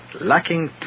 lacking